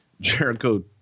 Jericho